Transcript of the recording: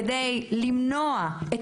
כדי למנוע את